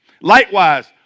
Likewise